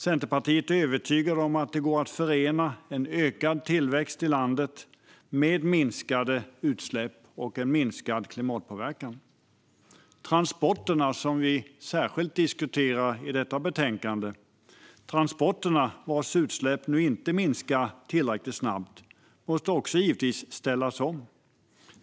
Centerpartiet är övertygat om att det går att förena en ökad tillväxt i landet med minskade utsläpp och en minskad klimatpåverkan. Transporterna, som vi särskilt diskuterar i detta betänkande och vars utsläpp nu inte minskar tillräckligt snabbt, måste givetvis ställas om.